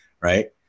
right